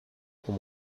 pour